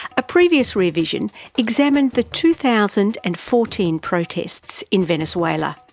a previous rear vision examined the two thousand and fourteen protests in venezuela.